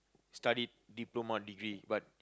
studied diploma degree but